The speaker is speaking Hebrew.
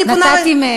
אני פונה, נתתי מעבר.